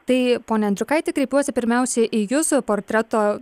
tai pone endriukaiti kreipiuosi pirmiausia į jus portreto